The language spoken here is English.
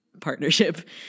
partnership